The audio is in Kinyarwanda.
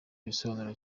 bisobanuro